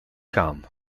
gaan